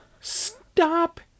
stop